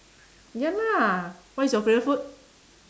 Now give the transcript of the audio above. ya lah what is your favourite food